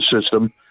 system